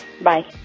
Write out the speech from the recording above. Bye